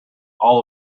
all